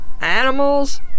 Animals